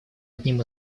одним